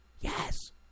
Yes